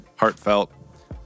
Heartfelt